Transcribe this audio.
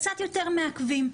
וקצת יותר מעכבים,